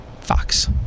Fox